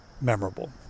memorable